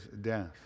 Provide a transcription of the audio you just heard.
death